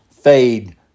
fade